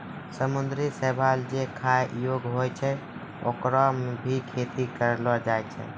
समुद्री शैवाल जे खाय योग्य होय छै, होकरो भी खेती करलो जाय छै